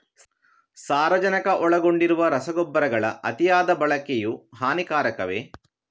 ಸಾರಜನಕ ಒಳಗೊಂಡಿರುವ ರಸಗೊಬ್ಬರಗಳ ಅತಿಯಾದ ಬಳಕೆಯು ಹಾನಿಕಾರಕವೇ?